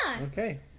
Okay